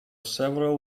several